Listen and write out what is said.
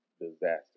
disaster